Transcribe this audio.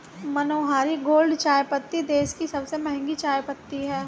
मनोहारी gold चायपत्ती देश की सबसे महंगी चायपत्ती है